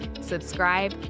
subscribe